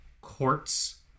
quartz